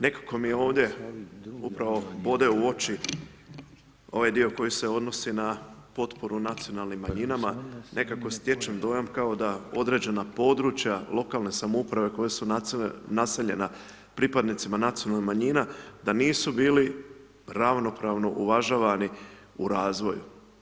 Nekako mi je ovdje upravo bode u oči ovaj dio koji se odnosi na potporu nacionalnim manjima, nekako stječem dojam kao da određena područja lokalne samouprave koja su naseljena pripadnicima nacionalnih manjina da nisu bili ravnopravno uvažavani u razvoju.